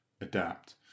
adapt